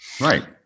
Right